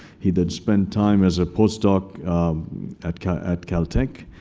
he then spent time as a postdoc at kind of at caltech.